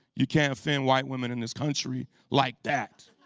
you can offend white women in this country like that.